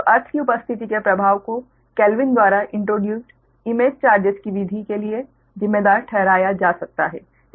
तो अर्थ की उपस्थिति के प्रभाव को केल्विन द्वारा इंट्रोड्यूस्ड इमेज चार्जेस की विधि के लिए जिम्मेदार ठहराया जा सकता है